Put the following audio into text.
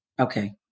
Okay